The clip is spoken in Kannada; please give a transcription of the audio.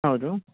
ಹೌದೂ